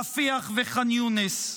רפיח וחאן יונס.